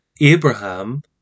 Abraham